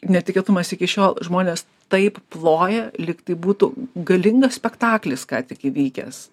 netikėtumas iki šiol žmonės taip ploja lyg tai būtų galingas spektaklis ką tik įvykęs